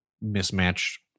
mismatched